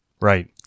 Right